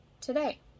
today